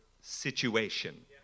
situation